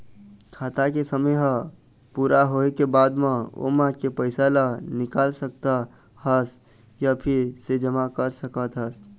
खाता के समे ह पूरा होए के बाद म ओमा के पइसा ल निकाल सकत हस य फिर से जमा कर सकत हस